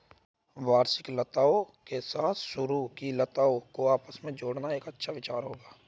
वार्षिक लताओं के साथ सरू की लताओं को आपस में जोड़ना एक अच्छा विचार होगा